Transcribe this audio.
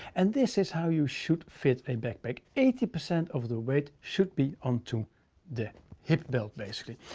and this is how you should fit a backpack. eighty percent of the weight should be onto the hip belt basically.